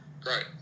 great